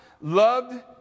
loved